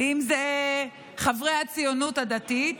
אם אלה חברי הציונות הדתית